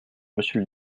monsieur